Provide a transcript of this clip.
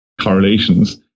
correlations